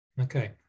Okay